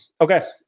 Okay